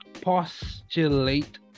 postulate